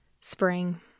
Spring